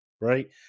right